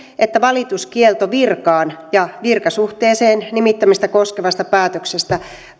että valituskielto virkaan ja virkasuhteeseen nimittämistä koskevasta päätöksestä